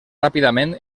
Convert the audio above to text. ràpidament